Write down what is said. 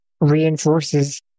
reinforces